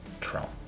Trump